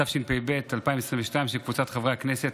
התשפ"ב 2022, של קבוצת חברי הכנסת.